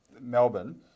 Melbourne